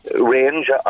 range